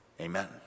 Amen